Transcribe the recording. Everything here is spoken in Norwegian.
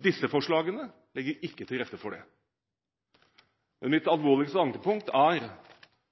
Disse forslagene legger ikke til rette for det. Mitt alvorligste ankepunkt er